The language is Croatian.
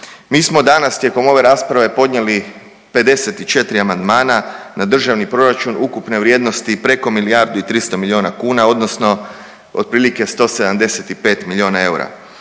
Mi smo danas tijekom ove rasprave podnijeli 54 amandmana na Državni proračun ukupne vrijednost preko milijardu i 300 miliona kuna odnosno otprilike 175 miliona eura.